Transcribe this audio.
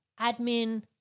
admin